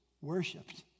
worshipped